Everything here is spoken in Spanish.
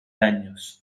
años